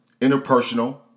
interpersonal